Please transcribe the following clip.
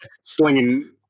slinging